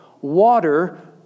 water